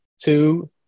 two